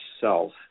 Self